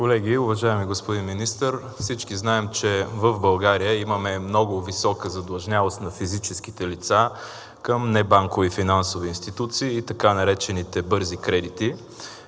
Колеги, уважаеми господин Министър! Всички знаем, че в България имаме много висока задлъжнялост на физически лица към небанкови финансови институции – така наречените бързи кредити.